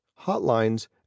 hotlines